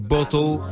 Bottle